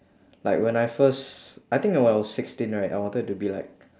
like when I first I think when I was sixteen right I wanted to be like